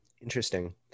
Interesting